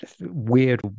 weird